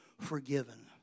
forgiven